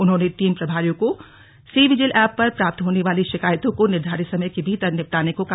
उन्होंने टीम प्रभारियों को सी विजिल एप पर प्राप्त होने वाली शिकायतों का निर्धारित समय के भीतर निपटाने को कहा